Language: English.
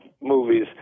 movies